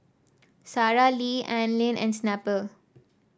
Sara Lee Anlene and Snapple